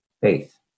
faith